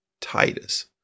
Titus